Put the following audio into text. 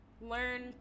Learn